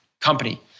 company